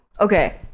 Okay